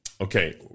Okay